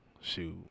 Shoot